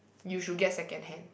you should get second hand